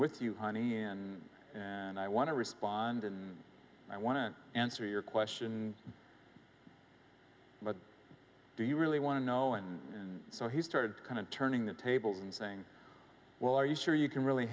with you honey and and i want to respond and i want to answer your question but do you really want to know and so he started kind of turning the tables and saying well are you sure you can really